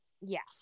Yes